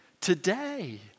today